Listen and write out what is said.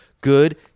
good